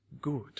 good